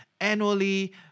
annually